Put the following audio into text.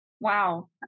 Wow